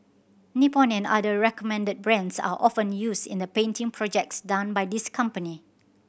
Nippon and other recommended brands are often used in the painting projects done by this company